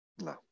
No